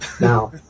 Now